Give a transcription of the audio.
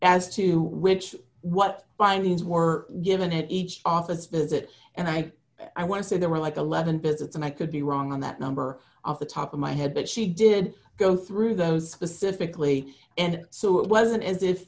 as to which what bindings were given at each office visit and i i want to say they were like the leaven visits and i could be wrong on that number of the top of my head but she did go through those specifically and so it wasn't as if